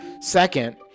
Second